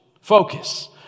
focus